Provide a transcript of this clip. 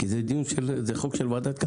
כי זה חוק של ועדת הכלכלה.